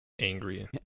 angry